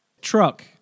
truck